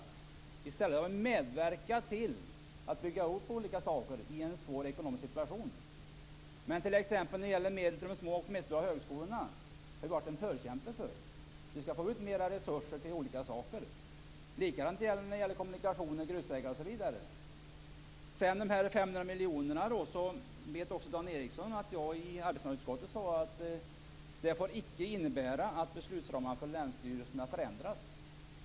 Men vi har i stället medverkat till att bygga upp olika saker i en svår ekonomisk situation. Men t.ex. när det gäller medel till de små och medelstora högskolorna har vi varit förkämpar. Vi skall få ut mer resurser till olika saker. Detsamma gäller i fråga om kommunikationer, grusvägar osv. Beträffande de 500 miljonerna vet också Dan Ericsson att jag i arbetsmarknadsutskottet sade att det inte får innebära att beslutsramarna från länsstyrelserna förändras.